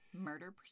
Murder